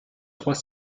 trois